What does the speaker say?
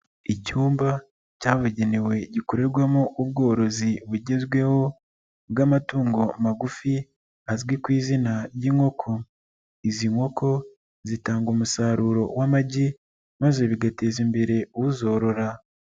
Icyumba cyabugenewe gikorerwamo ubworozi bugezweho bw'amatungo magufi azwi ku izina ry'inkoko, izi nkoko zitanga umusaruro w'amagi maze bigateza imbere uzorora.